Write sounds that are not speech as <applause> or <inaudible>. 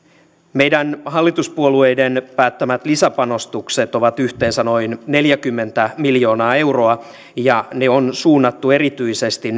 meidän hallituspuolueiden päättämät lisäpanostukset ovat yhteensä noin neljäkymmentä miljoonaa euroa ja ne on suunnattu erityisesti <unintelligible>